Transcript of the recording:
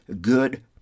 good